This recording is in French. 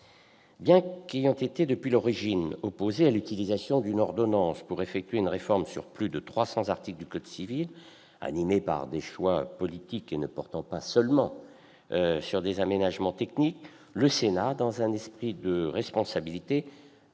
Bien qu'ayant été, depuis l'origine, opposé à l'utilisation d'une ordonnance pour effectuer une réforme sur plus de 300 articles du code civil, animée par des choix politiques et ne portant pas seulement sur des aménagements techniques, le Sénat, dans un esprit de responsabilité,